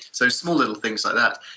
so small little things like that.